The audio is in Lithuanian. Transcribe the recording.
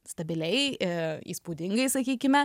stabiliai įspūdingai sakykime